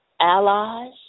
allies